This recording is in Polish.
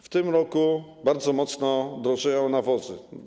W tym roku bardzo mocno drożeją nawozy.